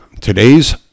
today's